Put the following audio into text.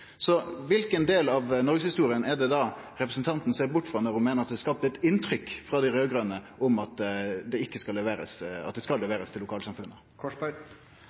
Så kva for del av noregshistoria er det då representanten ser bort frå når han meiner at det er skapt eit inntrykk frå dei raud-grøne om at det skal leverast til lokalsamfunna? Jeg er ikke sånn at